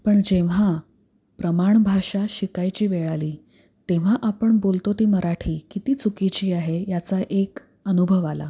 पण जेव्हा प्रमाणभाषा शिकायची वेळ आली तेव्हा आपण बोलतो ती मराठी किती चुकीची आहे याचा एक अनुभव आला